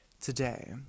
today